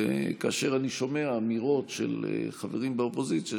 כאשר אני שומע אמירות של חברים באופוזיציה